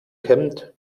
kämmt